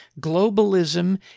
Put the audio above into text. globalism